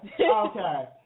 Okay